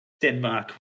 Denmark